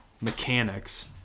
mechanics